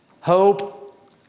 hope